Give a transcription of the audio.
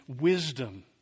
wisdom